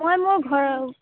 মই মোৰ ঘৰত